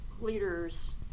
leaders